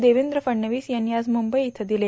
देवेंद्र फडणवीस यांनी आज मुंबई इथं दिले